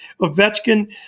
Ovechkin